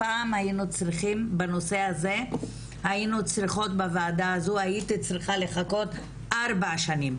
בנושא הזה היינו צריכות לחכות ארבע שנים,